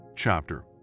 chapter